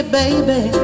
baby